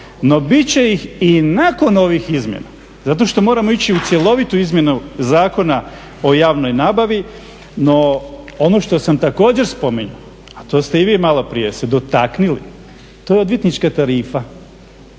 No bit će ih i nakon ovih izmjena, zato što moramo ići u cjelovitu izmjenu Zakona o javnoj nabavi. No ono što sam također spominjao, a to ste i vi maloprije se dotaknuli, to je odvjetnička tarifa.